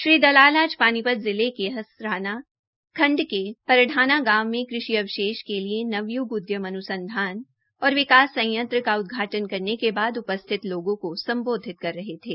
श्री देलाल आज पानीपत लिये के इसराना खण्ड के परढाना गांव में कृषि अवशेष के लिए नवयुग उद्यम अनुसंधान और विकास संयंत्र का उदघाटन करने के बाद उपस्थित लोगों को संबोधित कर रहे थे